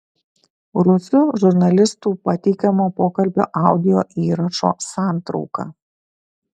rusų žurnalistų pateikiamo pokalbio audio įrašo santrauka